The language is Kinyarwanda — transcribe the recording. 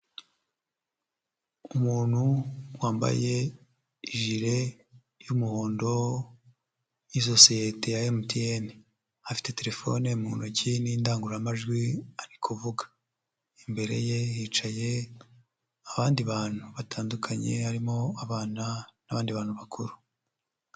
Umuntu wambaye ijire y'umuhondo ya sosiyete ya MTN, afite telefone mu ntoki n'indangururamajwi ari kuvuga, imbere ye hicaye abandi bantu batandukanye harimo abana n'abandi bantu bakuru.